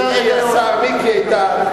ידידי השר מיקי איתן,